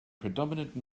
predominant